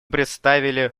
представили